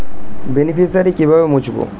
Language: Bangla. বেনিফিসিয়ারি কিভাবে মুছব?